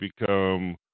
become